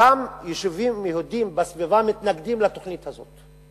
גם יישובים יהודיים בסביבה מתנגדים לתוכנית הזאת.